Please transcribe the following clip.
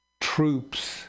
troops